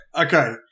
Okay